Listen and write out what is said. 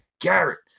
Garrett